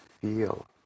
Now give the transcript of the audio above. feel